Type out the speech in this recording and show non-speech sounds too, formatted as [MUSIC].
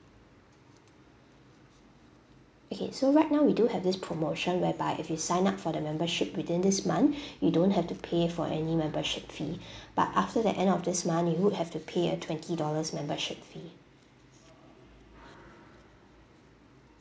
okay so right now we do have this promotion whereby if you sign up for the membership within this month [BREATH] you don't have to pay for any membership fee [BREATH] but after the end of this month you would have to pay a twenty dollars membership fee